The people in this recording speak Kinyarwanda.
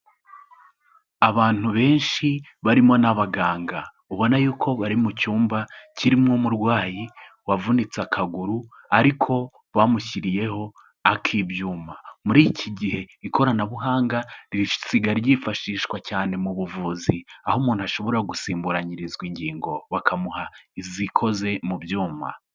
Abantu benshi barimo n'abaganga. Ubona y'uko bari mu cyumba kirimo umurwayi wavunitse akaguru ariko bamushyiriyeho ak'ibyuma. Muri iki gihe, ikoranabuhanga risigaye ryifashishwa cyane mu buvuzi, aho umuntu ashobora gusimburanyirizwa ingingo, bakamuha izikoze mu byuma.